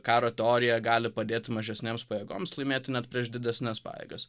karo teorija gali padėt mažesnėms pajėgoms laimėti net prieš didesnes pajėgas